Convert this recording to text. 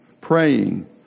praying